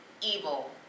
evil